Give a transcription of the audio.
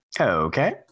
Okay